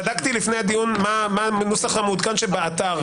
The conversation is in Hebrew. בדקתי לפני הדיון מה הנוסח המעודכן שבאתר.